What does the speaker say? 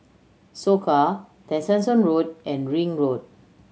Soka Tessensohn Road and Ring Road